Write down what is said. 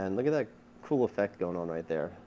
and look at that cool effect going on there